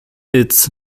its